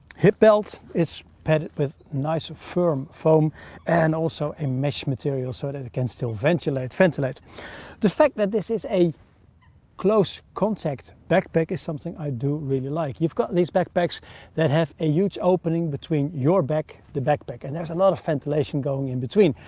hip belt is padded with nice and firm foam and also a mesh material, so that it can still ventilate. the fact that this is a close-contact backpack is something i do really like. you've got these backpacks that have a huge opening between your back the backpack, and there's a lot of ventilation going in between.